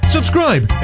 Subscribe